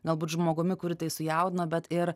galbūt žmogumi kurį tai sujaudino bet ir